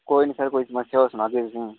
कोई नी सर कोई समस्या होग सनाह्गे तुसेंगी